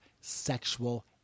sexual